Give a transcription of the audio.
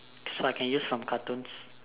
so I can use from cartoons